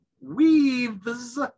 weaves